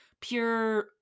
pure